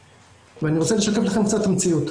אני רוצה לשתף אתכם במציאות.